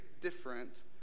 different